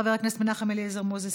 חבר הכנסת מנחם אליעזר מוזס,